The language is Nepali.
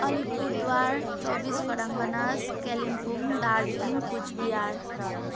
अलिपुरद्वार चौबिस परगना कालिम्पोङ दार्जिलिङ कुच बिहार